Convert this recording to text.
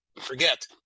Forget